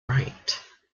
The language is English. rite